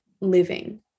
living